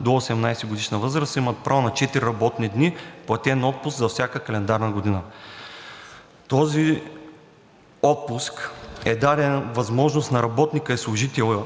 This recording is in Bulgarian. до 18-годишна възраст имат право на четири работни дни платен отпуск за всяка календарна година. С този отпуск е дадена възможност на работника и служителя